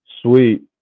Sweet